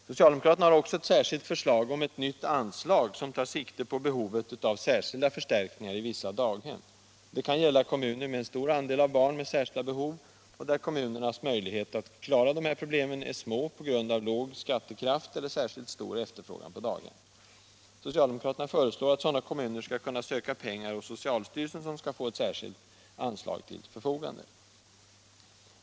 Socialdemokraterna har också ett förslag om ett nytt anslag, som tar sikte på behovet av särskilda förstärkningar i vissa daghem. Det kan gälla kommuner med stor andel barn med särskilda behov, där kommunens möjligheter att klara dessa problem är små på grund av låg skattekraft eller stor efterfrågan på daghem. Socialdemokraterna föreslår att sådana kommuner skall kunna ansöka om pengar hos socialstyrelsen, som skall få ett särskilt anslag till förfogande.